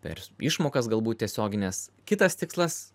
iper išmokas galbūt tiesioginės kitas tikslas